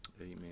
Amen